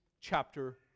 chapter